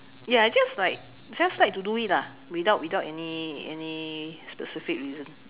ya I just like just like to do it lah without without any any specific reason